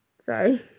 sorry